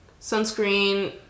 Sunscreen